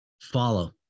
Follow